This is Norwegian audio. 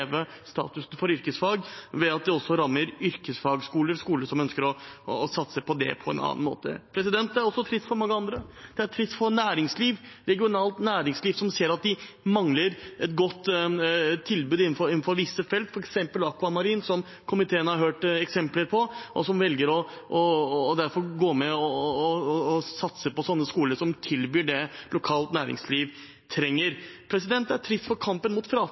statusen for yrkesfagene, ved at det også rammer yrkesfagskoler som ønsker å satse på det på en annen måte. Det er også trist for mange andre. Det er trist for næringsliv, regionalt næringsliv som ser at de mangler et godt tilbud innenfor visse felt – f.eks. det akvamarine, som komiteen har hørt eksempler på – og som derfor velger å satse på skoler som tilbyr det lokalt næringsliv trenger. Det er trist for kampen mot